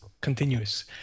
continuous